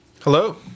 Hello